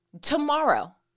tomorrow